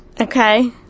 Okay